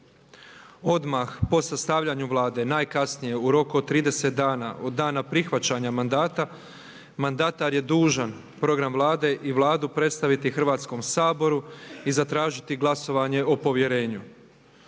Odmah po sastavljanju Vlade najkasnije u roku od 30 dana od dana prihvaćanja mandata mandatar je dužan program Vlade i Vladu predstaviti Hrvatskom saboru i zatražiti glasovanje o povjerenju.